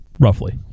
Roughly